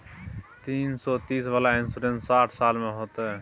तीन सौ तीस वाला इन्सुरेंस साठ साल में होतै?